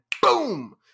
Boom